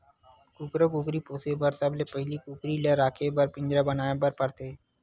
कुकरा कुकरी पोसे बर सबले पहिली कुकरी ल राखे बर पिंजरा बनाए बर परथे